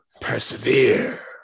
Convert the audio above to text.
persevere